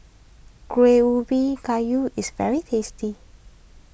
Kuih Ubi Kayu is very tasty